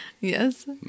Yes